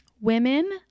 Women